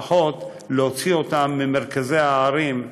לפחות להוציא אותם ממרכזי הערים,